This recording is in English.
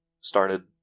started